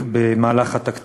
עליו גם במהלך דיוני התקציב.